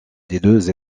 deux